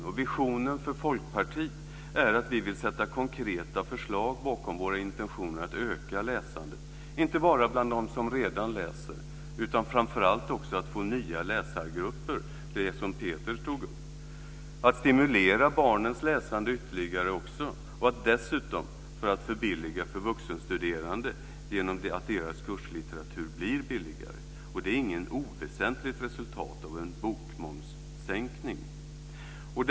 Och visionen för Folkpartiet är att vi vill sätta konkreta förslag bakom våra intentioner att öka läsandet, inte bara bland dem som redan läser, utan framför allt för att få nya läsargrupper, som Pedersen tog upp. Vi vill stimulera barnens läsande ytterligare och dessutom förbilliga för vuxenstuderande genom att deras kurslitteratur blir billigare. Det är inget oväsentligt resultat av en bokmomssänkning.